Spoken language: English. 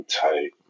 tight